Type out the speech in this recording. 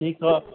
ठीकु आहे